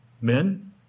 Men